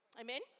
Amen